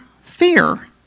fear